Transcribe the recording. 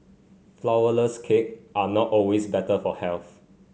flourless cakes are not always better for health